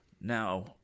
Now